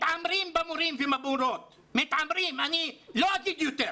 מתעמרים במורים ובמורות, אני לא אגיד יותר,